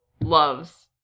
loves